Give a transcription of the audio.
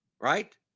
right